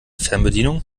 fernbedienung